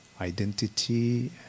identity